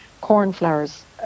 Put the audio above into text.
cornflowers